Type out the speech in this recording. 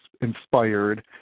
inspired